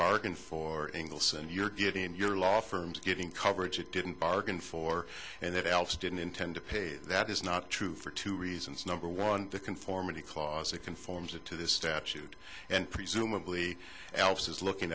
bargain for angles and you're getting your law firm's getting coverage it didn't bargain for and that alice didn't intend to pay that is not true for two reasons number one the conformity clause it conforms it to this statute and presumably alice is looking